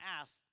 asked